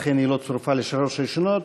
לכן היא לא צורפה לשלוש הראשונות,